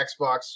Xbox